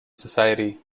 society